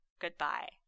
goodbye